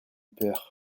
peur